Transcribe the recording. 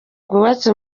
bwubatse